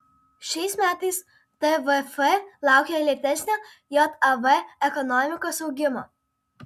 šiais metais tvf laukia lėtesnio jav ekonomikos augimo